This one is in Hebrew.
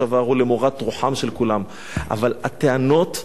אבל הטענות נופלות על אוזניים ערלות